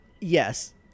Yes